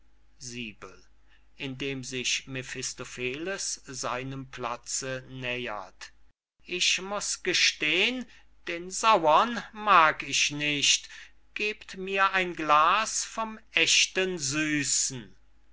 platze nähert ich muß gestehn den sauren mag ich nicht gebt mir ein glas vom echten süßen